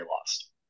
lost